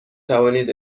توانید